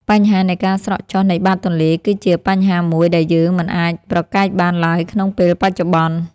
បញ្ហានៃការស្រកចុះនៃបាតទន្លេគឺជាបញ្ហាមួយដែលយើងមិនអាចប្រកែកបានឡើយក្នុងពេលបច្ចុប្បន្ន។